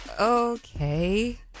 Okay